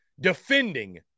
defending